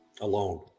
alone